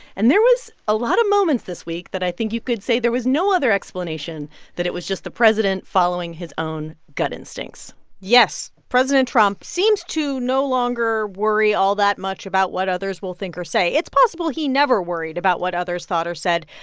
and there was a lot of moments this week that i think you could say there was no other explanation that it was just the president following his own gut instincts yes. president trump seems to no longer worry all that much about what others will think or say. it's possible he never worried about what others thought or said,